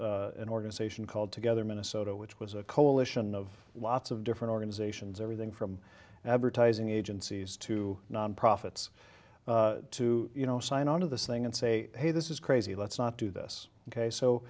started an organization called together minnesota which was a coalition of lots of different organizations everything from advertising agencies to nonprofits to you know sign on to this thing and say hey this is crazy let's not do this ok so